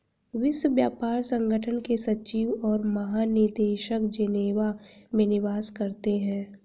विश्व व्यापार संगठन के सचिव और महानिदेशक जेनेवा में निवास करते हैं